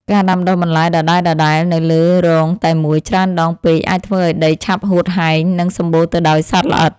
ការដាំដុះបន្លែដដែលៗនៅលើរងតែមួយច្រើនដងពេកអាចធ្វើឱ្យដីឆាប់ហួតហែង និងសម្បូរទៅដោយសត្វល្អិត។